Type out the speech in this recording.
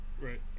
Right